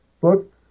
book